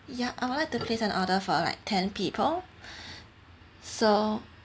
ya I would like to place an order for like ten people so